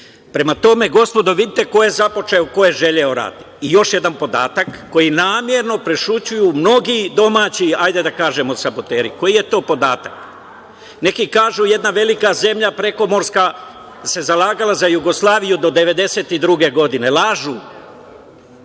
Prema tome, gospodo, vidite ko je započeo, ko je želeo rat. Još jedan podatak koji namerno prećutkuju mnogi domaći, hajde da kažemo, saboteri. Koji je to podatak? Neki kažu – jedna velika zemlja, prekomorska, se zalagala za Jugoslaviju do 1992. godine. Lažu.